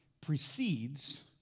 precedes